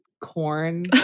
corn